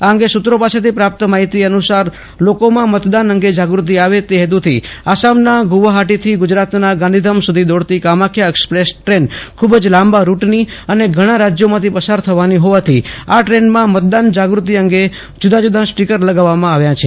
આ અંગે સુત્રો પાસે થી પ્રાપ્ત માહિતી અનુસાર લોકોમાં મતદાન અંગે જાગૃતિ આવે તે હેતુથી આસામના ગુવાહાટી થી ગુજરાતના ગાંધીધામ સુધી દોડતી કામાખ્યા એક્સપ્રેસ ટ્રેન ખુબ જ લાંબા રૂટની અને ઘણાં રાજયોમાંથી પસાર થવાની હોવાથી આ ટ્રેનમાં મતદાન જાગૃતિ અંગે જુદા જુદા સ્ટિકર લગાવવામાં આવ્યા છે